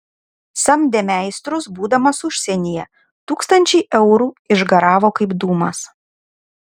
samdė meistrus būdamas užsienyje tūkstančiai eurų išgaravo kaip dūmas